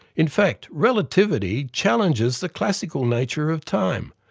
in fact, relativity challenges the classical nature of time,